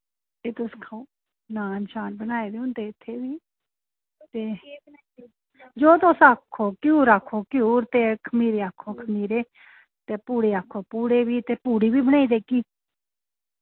एह् तुस खाओ नान शान बनाए दे होंदे इत्थे बी ते जो तुस आक्खो घ्यूर आक्खो घ्यूर ते खमीरे आक्खो खमीरे ते पूड़े आक्खो पूड़े बी ते पूड़ी बी बनाई देगी